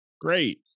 Great